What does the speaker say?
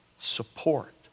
support